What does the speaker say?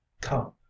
come